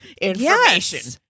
information